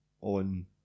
on